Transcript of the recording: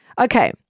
Okay